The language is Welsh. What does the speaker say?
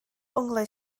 onglau